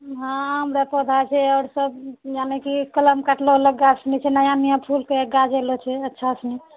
हँ हमरा पौधा छै आओर सब जेनाकि कलम कटलो हँ अलग गाछ नहि छै नया नया फूलके गाछ देले छै अच्छासँ